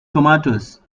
tomatoes